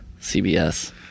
CBS